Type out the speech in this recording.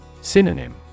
Synonym